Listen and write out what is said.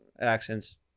accents